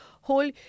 whole